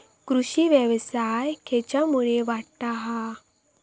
कृषीव्यवसाय खेच्यामुळे वाढता हा?